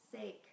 sake